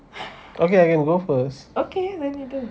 okay I can go first